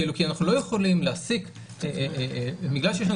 כי אנחנו לא יכולים להסיק בגלל שיש לנו